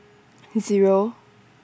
Zero